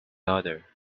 other